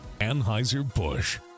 anheuser-busch